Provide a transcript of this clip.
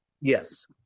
Yes